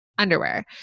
underwear